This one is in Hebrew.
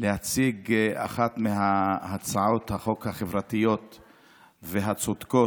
להציג אחת מהצעת החוק החברתיות והצודקות,